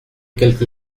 quelque